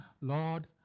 Lord